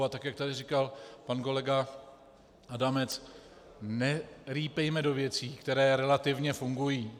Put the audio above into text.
A jak tady říkal pan kolega Adamec, nerýpejme do věcí, které relativně fungují.